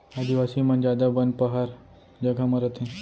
आदिवासी मन जादा बन पहार जघा म रथें